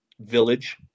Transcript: village